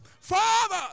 Father